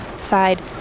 side